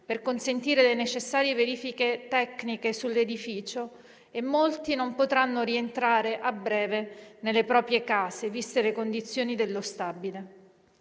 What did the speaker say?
per consentire le necessarie verifiche tecniche sull'edificio, e molti non potranno rientrare a breve nelle proprie case, viste le condizioni dello stabile.